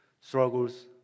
struggles